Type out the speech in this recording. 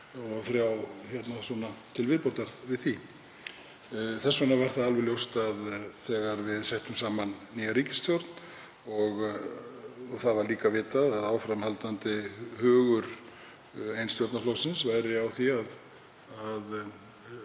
og þrjá til viðbótar við það. Þess vegna var alveg ljóst að þegar við settum saman nýja ríkisstjórn, og það var líka vitað að áframhaldandi hugur eins stjórnarflokksins væri á því að